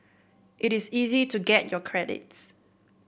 it is easy to get your credits